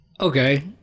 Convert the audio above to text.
Okay